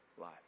life